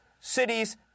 cities